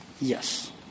Yes